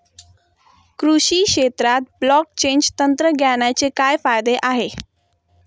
कृषी क्षेत्रात ब्लॉकचेन तंत्रज्ञानाचे काय फायदे आहेत?